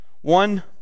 one